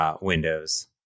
Windows